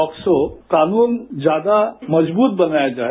POCSO कानून ज्यादा मजबूत बनाया जाए